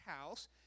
house